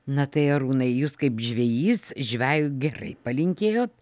na tai arūnai jūs kaip žvejys žvejui gerai palinkėjot